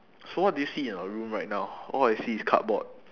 so what do you see in your room right now all I see is cardboard